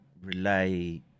relay